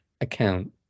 account